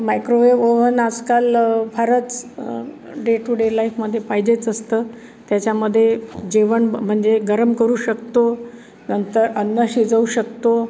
microwave oven आजकाल फारच day to day लाईफमध्ये पाहिजेच असतं त्याच्यामध्ये जेवण म्हणजे गरम करू शकतो नंतर अन्न शिजवू शकतो